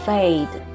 Fade